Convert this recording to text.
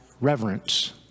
reverence